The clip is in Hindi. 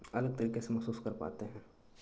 अलग तरीके से महसूस कर पाते हैं